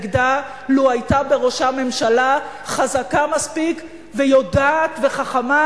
לו היתה בראשה ממשלה חזקה מספיק ויודעת וחכמה,